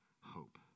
hope